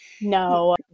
no